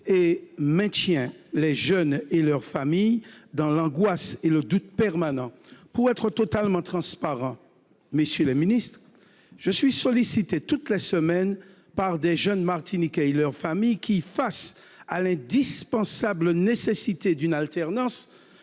et maintient les jeunes et leurs familles dans l'angoisse et le doute permanent. Pour être totalement transparent, mesdames, messieurs les ministres, je suis sollicité toutes les semaines par de jeunes Martiniquais- et leurs familles -, qui, face à l'indispensable nécessité d'une alternance,